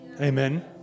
Amen